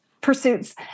pursuits